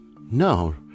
no